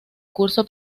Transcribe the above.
curso